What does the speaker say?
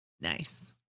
Nice